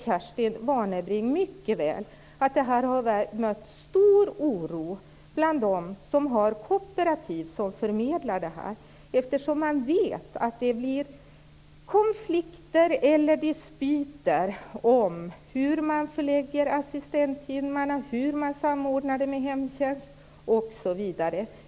Kerstin Warnerbring vet mycket väl att det har mött stor oro bland dem som har kooperativ och som förmedlar det här eftersom man vet att det blir konflikter eller dispyter om hur man förlägger assistenttimmarna, hur man samordnar det med hemtjänst osv.